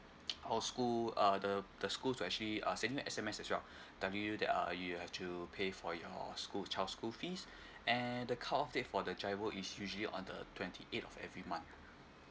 all school uh the the school will actually uh send you S_M_S as well telling you that uh you have to pay for your school child's school fees and the cut off date for the G_I_R_O is usually on the twenty eighth of every month